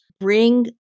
bring